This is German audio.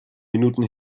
minuten